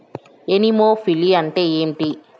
Anemophily అంటే ఏంటి?